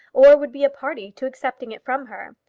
or would be a party to accepting it from her.